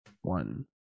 One